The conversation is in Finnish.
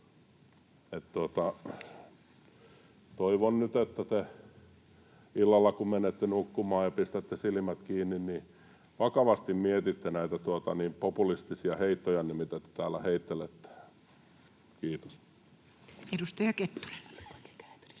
Toivon nyt, että kun te illalla menette nukkumaan ja pistätte silmät kiinni, niin vakavasti mietitte näitä populistisia heittojanne, mitä te täällä heittelette. — Kiitos. [Speech